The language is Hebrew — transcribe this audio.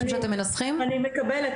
עם ההתמודדות עם מצבי